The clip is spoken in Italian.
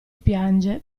piange